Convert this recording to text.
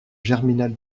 germinal